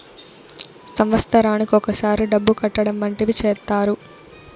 సంవత్సరానికి ఒకసారి డబ్బు కట్టడం వంటివి చేత్తారు